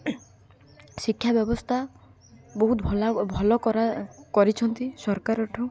ଶିକ୍ଷା ବ୍ୟବସ୍ଥା ବହୁତ ଭଲ କର କରିଛନ୍ତି ସରକାରଠୁ